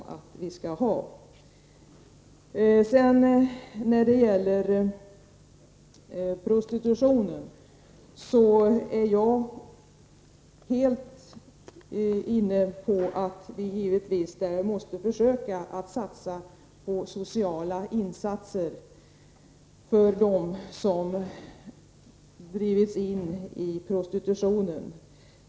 I fråga om prostitutionen är jag helt inne på att vi givetvis måste försöka satsa på sociala åtgärder för dem som drivits in i könshandeln.